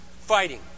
fighting